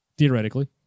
Theoretically